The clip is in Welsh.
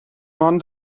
ond